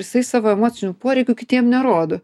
jisai savo emocinių poreikių kitiem nerodo